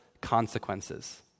consequences